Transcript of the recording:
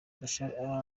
bashar